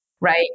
right